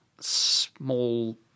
small